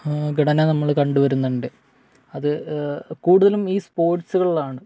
ഘടന നമ്മള് കണ്ടുവരുന്നുണ്ട് അത് കൂടുതലും ഈ സ്പോർട്സുകളിലാണ്